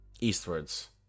eastwards